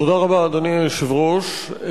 אדוני היושב-ראש,